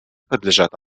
подлежат